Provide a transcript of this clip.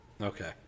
Okay